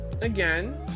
Again